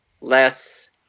less